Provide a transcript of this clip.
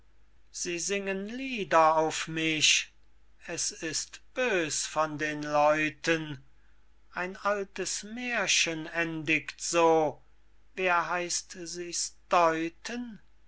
sie singen lieder auf mich es ist bös von den leuten ein altes mährchen endigt so wer heißt sie's deuten